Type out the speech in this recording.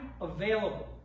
available